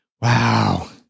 Wow